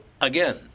again